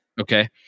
Okay